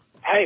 Hey